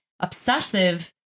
obsessive